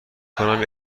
کنم